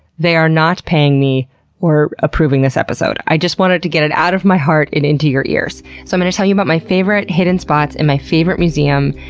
they are not paying me or approving this episode. i just wanted to get it out of my heart and into your ears. so i'm going to tell you about my favorite hidden spots in my favorite museum,